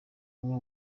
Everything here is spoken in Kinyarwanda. umwe